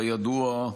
כידוע,